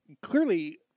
clearly